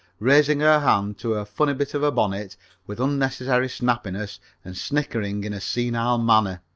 raising her hand to her funny bit of a bonnet with unnecessary snappiness and snickering in a senile manner.